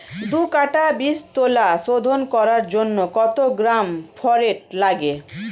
দু কাটা বীজতলা শোধন করার জন্য কত গ্রাম ফোরেট লাগে?